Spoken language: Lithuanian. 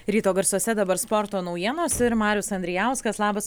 ryto garsuose dabar sporto naujienos ir marius andrijauskas labas